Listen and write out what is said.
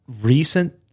Recent